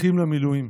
אחים למילואים.